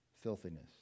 filthiness